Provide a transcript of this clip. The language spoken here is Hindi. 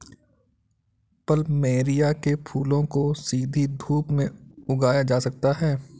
प्लमेरिया के फूलों को सीधी धूप में उगाया जा सकता है